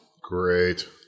Great